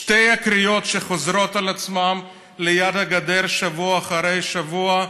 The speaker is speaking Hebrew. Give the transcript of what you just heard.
שתי הקריאות שחוזרות על עצמן ליד הגדר שבוע אחרי שבוע,